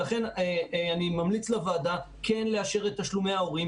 לכן אני ממליץ לוועדה כן לאשר תשלומי הורים